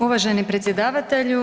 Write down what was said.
Uvaženi predsjedavatelju.